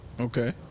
Okay